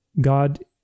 God